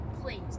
please